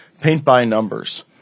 paint-by-numbers